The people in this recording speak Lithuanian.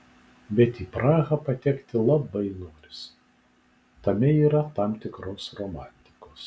bet į prahą patekti labai norisi tame yra tam tikros romantikos